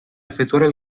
effettuare